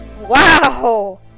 Wow